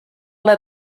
let